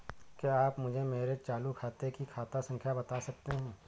क्या आप मुझे मेरे चालू खाते की खाता संख्या बता सकते हैं?